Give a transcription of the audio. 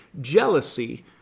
Jealousy